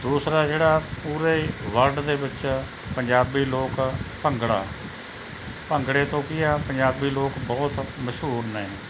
ਦੂਸਰਾ ਜਿਹੜਾ ਪੂਰੇ ਹੀ ਵਰਲਡ ਦੇ ਵਿੱਚ ਪੰਜਾਬੀ ਲੋਕ ਭੰਗੜਾ ਭੰਗੜੇ ਤੋਂ ਕੀ ਆ ਪੰਜਾਬੀ ਲੋਕ ਬਹੁਤ ਮਸ਼ਹੂਰ ਨੇ